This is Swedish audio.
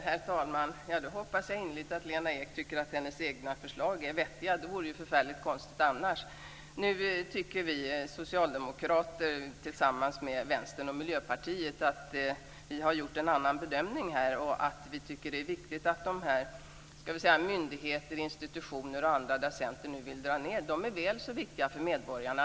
Herr talman! Det hoppas jag innerligt, att Lena Ek tycker att hennes egna förslag är vettiga. Det vore ju förfärligt konstigt annars. Nu har vi socialdemokrater tillsammans med Vänstern och Miljöpartiet gjort en annan bedömning. Att de myndigheter och institutioner som Centern vill dra ned på kan sköta sin verksamheter är väl så viktigt för medborgarna.